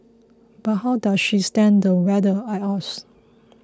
but how does she stand the weather I ask